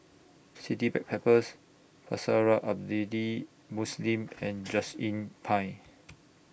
City Backpackers Pusara Muslim and Just Inn Pine